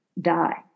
die